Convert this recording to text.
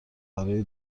برای